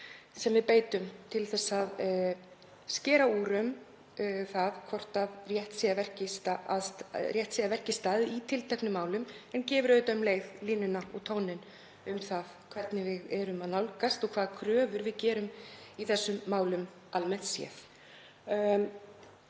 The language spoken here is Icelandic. sem við beitum til að skera úr um það hvort rétt sé að verki staðið í tilteknum málum en gefur auðvitað um leið línuna og tóninn um það hvernig við nálgumst þessi mál og hvaða kröfur við gerum í þeim almennt.